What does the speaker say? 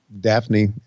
Daphne